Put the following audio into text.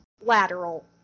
lateral